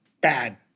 Bad